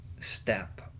step